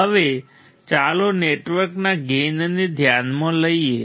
હવે ચાલો નેટવર્કના ગેઇનને ધ્યાનમાં લઈએ